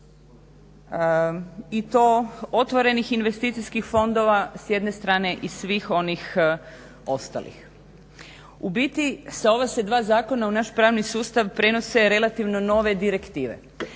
i to otvorenih investicijskih fondova s jedne strane i svih onih ostalih. U biti u ova se dva zakona u naš pravni sustav prenose relativno nove direktive,